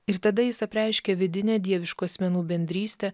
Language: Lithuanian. ir tada jis apreiškia vidinę dieviškų asmenų bendrystę